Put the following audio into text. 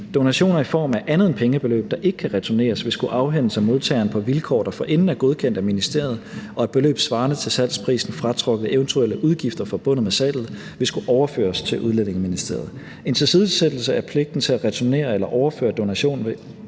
Donationer i form af andet end pengebeløb, der ikke kan returneres, vil skulle afhentes af modtageren på vilkår, der forinden er godkendt af ministeriet, og et beløb svarende til salgsprisen fratrukket eventuelle udgifter forbundet med salget ville skulle overføres til Udlændingeministeriet. En tilsidesættelse af pligten til at returnere eller overføre donationen